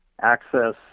access